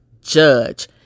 judge